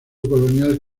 colonial